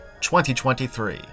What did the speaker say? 2023